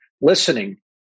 listening